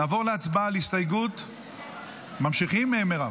נעבור להצבעה על הסתייגות, ממשיכים, מירב?